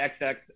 XX